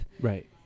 right